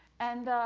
and,